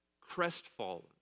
crestfallen